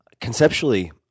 Conceptually